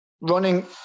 running